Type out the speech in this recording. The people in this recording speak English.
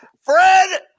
Fred